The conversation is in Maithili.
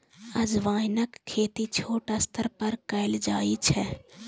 अजवाइनक खेती छोट स्तर पर कैल जाइ छै